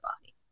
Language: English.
body